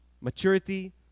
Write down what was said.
maturity